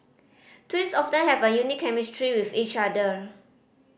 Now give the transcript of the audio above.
twins often have a unique chemistry with each other